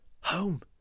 Home